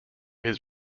his